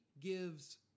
gives